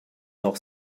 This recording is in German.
noch